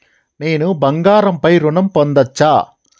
నేను బంగారం పై ఋణం పొందచ్చా?